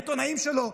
העיתונאים שלו,